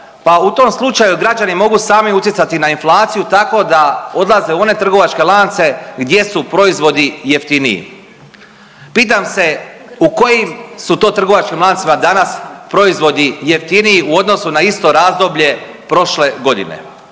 pa u tom slučaju građani mogu sami utjecati na inflaciju tkao da odlaze u one trgovačke lance gdje su proizvodi jeftiniji. Pitam se u kojim su to trgovačkim lancima danas proizvodi jeftiniji u odnosu na isto razdoblje prošle godine?